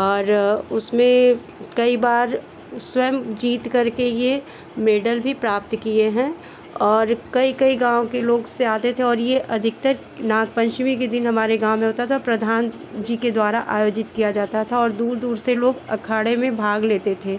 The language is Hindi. और उसमें कई बार स्वयं जीतकर के ये मेडल भी प्राप्त किए हैं और कई कई गाँव के लोग से आते थे और ये अधिकतर नाग पंचमी के दिन हमारे गाँव में होता था प्रधान जी के द्वारा आयोजित किया जाता था और दूर दूर से लोग अखाड़े में भाग लेते थे